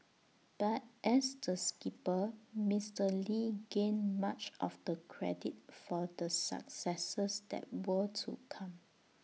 but as the skipper Mister lee gained much of the credit for the successes that were to come